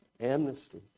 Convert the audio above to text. amnesty